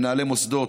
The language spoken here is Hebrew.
מנהלי מוסדות,